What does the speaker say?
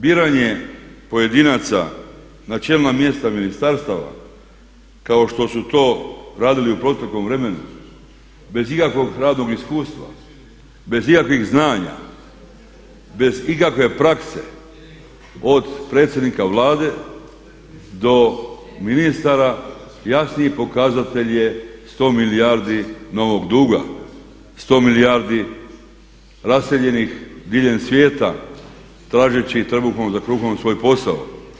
Biranje pojedinaca na čelna mjesta ministarstava kao što su to radili u proteklom vremenu bez ikakvog radnog iskustva, bez ikakvih znanja, bez ikakve prakse od predsjednika Vlade do ministara, jasniji pokazatelj je 100 milijardi novog duga, 100 milijardi raseljenih diljem svijeta tražeći trbuhom za kruhom svoj posao.